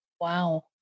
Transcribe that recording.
wow